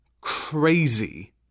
Crazy